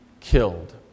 killed